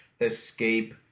escape